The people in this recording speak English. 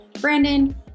Brandon